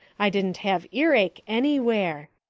i dident have earake anywhere.